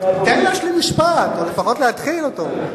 תן לי להשלים משפט או לפחות להתחיל אותו.